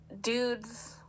dudes